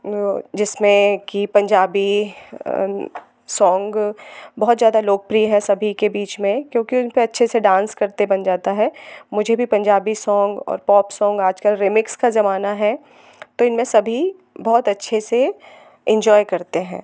जिसमें कि पंजाबी सॉंग बहुत ज़्यादा लोकप्रिय है सभी के बीच में क्योंकि उनपे अच्छे से डांस करते बन जाता है मुझे भी पंजाबी सॉंग और पॉप सॉंग आज कल रीमिक्स का ज़माना है तो इनमें सभी बहुत अच्छे से एन्जॉय करते हैं